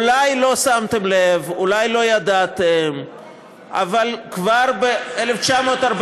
אולי לא שמתם לב, אולי לא ידעתם, אבל כבר ב-1947,